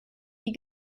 die